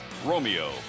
Romeo